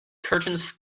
curtains